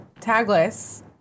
Tagless